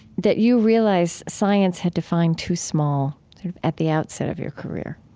that you realized science had defined too small at the outset of your career?